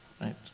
right